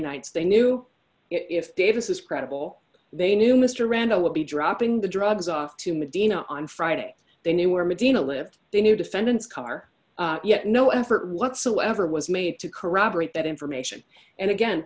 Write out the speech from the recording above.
nights they knew if davis credible they knew mr randall would be dropping the drugs off to medina on friday they knew where medina lived they knew defendant's car yet no effort whatsoever was made to corroborate that information and again